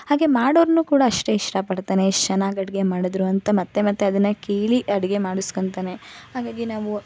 ಹಾಗೇ ಮಾಡೋರನ್ನೂ ಕೂಡ ಅಷ್ಟೇ ಇಷ್ಟಪಡ್ತಾನೆ ಎಷ್ಟು ಚೆನ್ನಾಗಿ ಅಡುಗೆ ಮಾಡಿದ್ರು ಅಂತ ಮತ್ತೆ ಮತ್ತೆ ಅದನ್ನು ಕೇಳಿ ಅಡುಗೆ ಮಾಡಿಸ್ಕೊಳ್ತಾನೆ ಹಾಗಾಗಿ ನಾವು